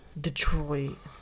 Detroit